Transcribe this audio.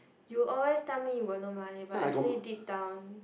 you always say you got no money but I say deep down